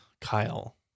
Kyle